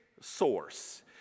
source